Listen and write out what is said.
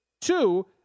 Two